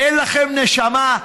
אין לכם נשמה.